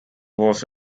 wash